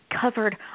covered